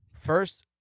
First